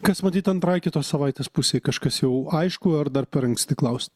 kas matyt antrai kitos savaitės pusei kažkas jau aišku ar dar per anksti klaust